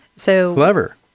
Clever